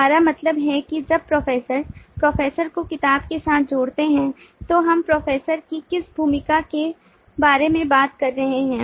हमारा मतलब है कि जब प्रोफेसर प्रोफेसर को किताब के साथ जोड़ते हैं तो हम प्रोफेसर की किस भूमिका के बारे में बात कर रहे हैं